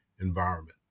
environment